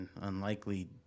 unlikely